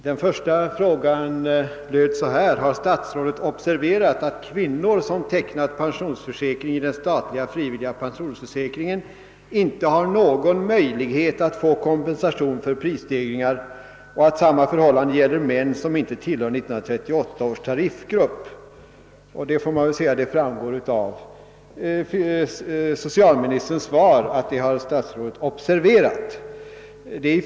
Den första frågan löd: »Har statsrådet observerat att kvinnor, som tecknat pensionsförsäkring i den statliga frivilliga pensionsförsäkringen, inte har någon möjlighet att få kompensation för prisstegringar och att samma förhållande gäller män, som inte tillhör 1938 års tariffgrupp?« Man kan säga att det framgår av socialministerns svar att statsrådet har observerat den saken.